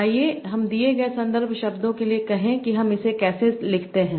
आइए हम दिए गए संदर्भ शब्दों के लिए कहें कि हम इसे कैसे लिखते हैं